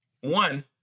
one